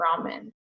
ramen